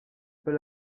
pas